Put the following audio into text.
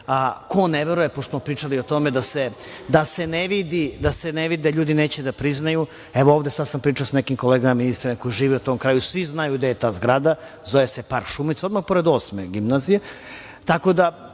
a ko ne veruje, pošto smo pričali o tome da se ne vidi, ljudi neće da priznaju, evo ovde sad sam pričao sa nekim kolegama ministrima koji žive u tom kraju, svi znaju gde je ta zgrada, zove se park Šumice, odmah pored Osme gimnazije,